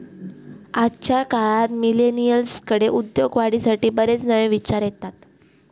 आजच्या काळात मिलेनियल्सकडे उद्योगवाढीसाठी बरेच नवे विचार येतत